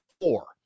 four